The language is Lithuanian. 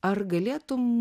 ar galėtum